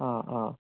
ആ ആ